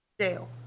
Jail